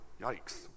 Yikes